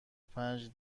پنج